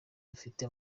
rufite